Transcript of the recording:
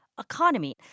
economy